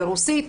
ברוסית,